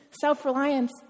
self-reliance